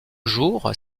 jours